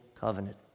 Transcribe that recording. Covenant